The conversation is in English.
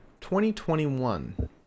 2021